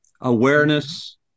awareness